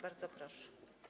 Bardzo proszę.